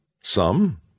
Some